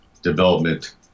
development